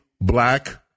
black